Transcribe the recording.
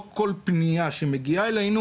לא כל פניית ציבור שמגיעה אלינו